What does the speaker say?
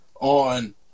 on